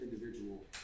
individual